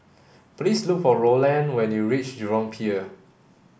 please look for Roland when you reach Jurong Pier